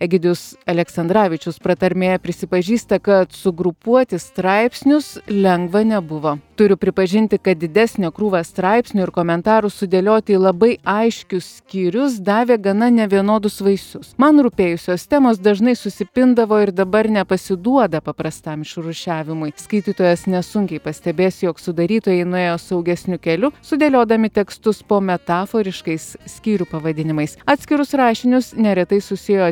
egidijus aleksandravičius pratarmėje prisipažįsta kad sugrupuoti straipsnius lengva nebuvo turiu pripažinti kad didesnę krūvą straipsnių ir komentarų sudėlioti į labai aiškius skyrius davė gana nevienodus vaisius man rūpėjusios temos dažnai susipindavo ir dabar nepasiduoda paprastam išrūšiavimui skaitytojas nesunkiai pastebės jog sudarytojai nuėjo saugesniu keliu sudėliodami tekstus po metaforiškais skyrių pavadinimais atskirus rašinius neretai susėjo